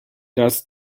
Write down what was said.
does